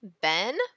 Ben